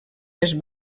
les